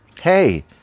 hey